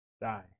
die